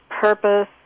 purpose